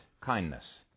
kindness